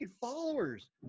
followers